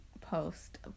post